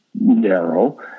narrow